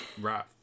right